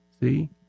See